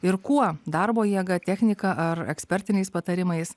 ir kuo darbo jėga technika ar ekspertiniais patarimais